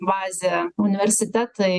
bazė universitetai